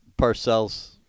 Parcells